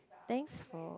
thanks for